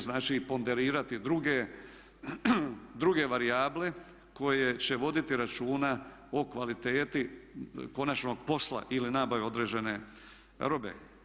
Znači, ponderirati druge varijable koje će voditi računa o kvaliteti konačnog posla ili nabave određene robe.